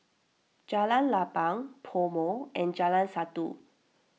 Jalan Lapang PoMo and Jalan Satu